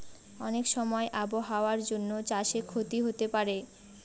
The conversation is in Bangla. অনেক সময় আবহাওয়ার জন্য চাষে ক্ষতি হতে পারে